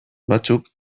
batzuk